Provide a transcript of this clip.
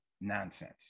nonsense